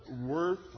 worth